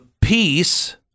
peace